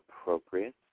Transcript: appropriate